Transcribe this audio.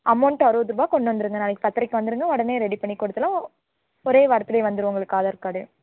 amount அறுபது ருபாய் கொண்டு வந்துடுங்க நாளைக்கு பத்தரைக்கி வந்துடுங்க உடனே ரெடி பண்ணி கொடுத்துடலாம் ஓ ஒரே வாரத்தில் வந்துடும் உங்களுக்கு ஆதார் கார்டு